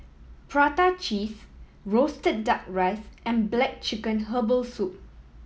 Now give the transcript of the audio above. prata cheese roasted Duck Rice and black chicken herbal soup